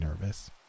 nervous